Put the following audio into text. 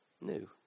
new